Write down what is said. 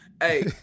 Hey